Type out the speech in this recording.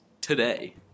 Today